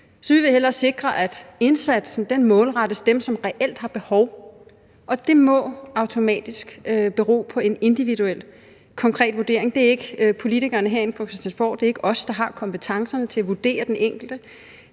Så vi vil hellere sikre, at indsatsen målrettes dem, som reelt har behov, og det må automatisk bero på en individuel, konkret vurdering. Det er ikke os, politikerne herinde på Christiansborg, der har kompetencerne til at vurdere den enkelte.